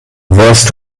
wärst